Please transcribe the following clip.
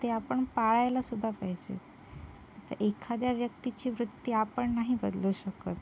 ते आपण पाळायलासुद्धा पाहिजे एखाद्या व्यक्तीची वृत्ती आपण नाही बदलू शकत